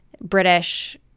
British